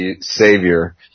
savior